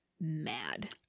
mad